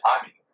timing